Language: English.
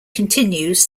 continues